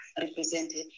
represented